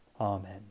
Amen